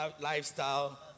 lifestyle